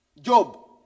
Job